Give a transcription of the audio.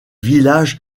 villages